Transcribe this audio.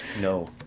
no